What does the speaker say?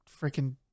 freaking